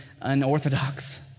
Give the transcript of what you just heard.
unorthodox